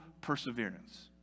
perseverance